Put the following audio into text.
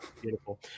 Beautiful